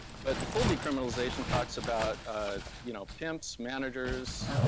but the full decriminalization talks about you know pimps, managers,